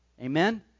Amen